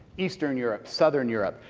eastern europe, southern europe,